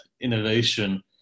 innovation